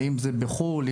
בחו"ל,